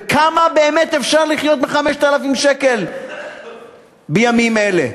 וכמה באמת אפשר לחיות מ-5,000 שקל בימים אלה?